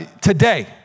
Today